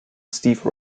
steve